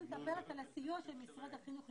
היא מדברת על הסיוע של משרד החינוך,